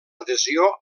adhesió